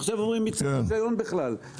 עכשיו אומרים מי צריך רישיון בכלל?